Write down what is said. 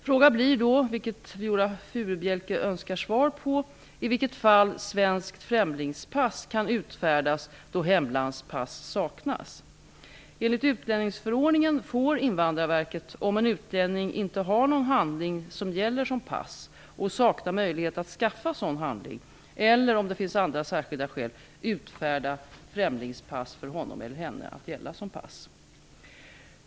Frågan blir då, vilken Viola Furubjelke önskar svar på, i vilka fall svenskt främlingspass kan utfärdas då hemlandspass saknas. Enligt utlänningsförordningen får Invandrarverket, om en utlänning inte har någon handling som gäller som pass och saknar möjlighet att skaffa sådan handling eller om det finns andra särskilda skäl, utfärda främlingspass för honom eller henne att gälla som pass.